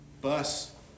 bus